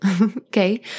Okay